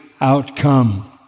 outcome